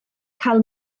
cael